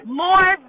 more